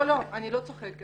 אני לא צוחקת.